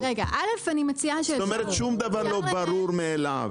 שום דבר לא ברור מאליו.